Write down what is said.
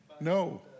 No